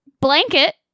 Blanket